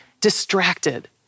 distracted